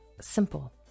simple